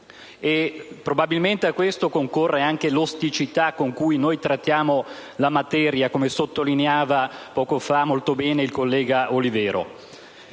Probabilmente a questo concorre anche «osticità» con cui noi trattiamo la materia, come sottolineava molto bene poco fa il collega Olivero.